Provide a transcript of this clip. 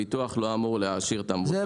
הביטוח לא אמור להעשיר את המבוטחים.